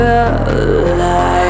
alive